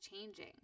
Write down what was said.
changing